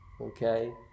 Okay